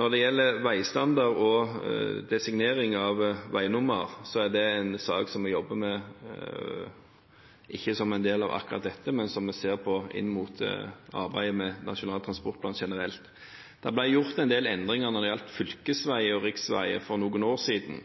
Når det gjelder veistandard og designering av veinummer, er det en sak som vi jobber med, ikke som en del av akkurat dette, men som vi ser på inn mot arbeidet med Nasjonal transportplan generelt. Det ble gjort en del endringer når det gjaldt fylkesveier og riksveier for noen år siden.